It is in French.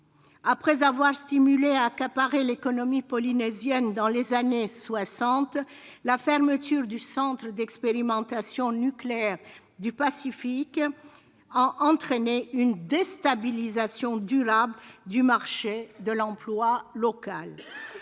Après avoir stimulé et accaparé l'économie polynésienne dans les années soixante, la fermeture du Centre d'expérimentation du Pacifique a entraîné une déstabilisation durable du marché de l'emploi local.